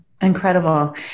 Incredible